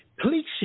Please